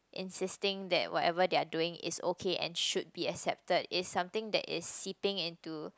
insisting that whatever their doing is okay and should be accepted is something that is sitting into